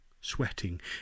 sweating